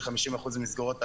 של 50% ממסגרות האשראי,